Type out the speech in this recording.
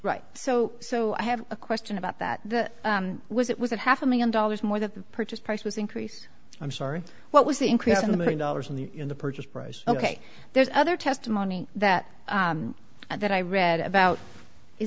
right so so i have a question about that that was it was a half a million dollars more that the purchase price was increased i'm sorry what was the increase in the million dollars in the in the purchase price ok there's other testimony that that i read about is